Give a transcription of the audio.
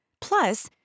Plus